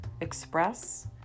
Express